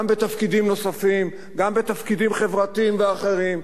גם בתפקידים נוספים, גם בתפקידים חברתיים ואחרים.